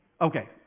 Okay